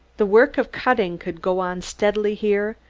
the work of cutting could go on steadily here,